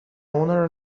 owner